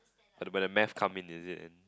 uh but the math come in is it